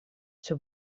все